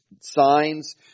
signs